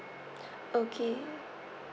okay